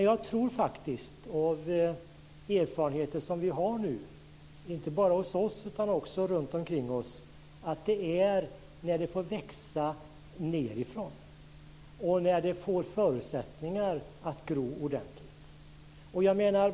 Jag tror faktiskt, utifrån de erfarenheter som vi har nu, inte bara hos oss utan också runtomkring oss, att det betydelsefulla är när det får växa nerifrån och när det får förutsättningar att gro ordentligt.